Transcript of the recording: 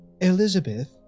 Elizabeth